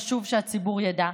חשוב שהציבור ידע.